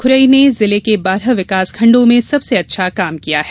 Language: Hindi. खुरई ने जिले के बारह विकासखण्डों में सबसे अच्छा काम किया है